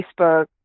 Facebook